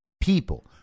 people